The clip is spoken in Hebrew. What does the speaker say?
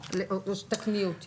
רובו על משרתי חובה, או שתתקני אותי.